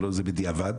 זה בדיעבד,